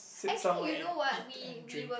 sit somewhere and eat and drink